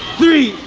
three,